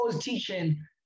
teaching